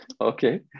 Okay